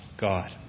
God